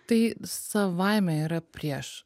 tai savaime yra prieš